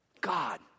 God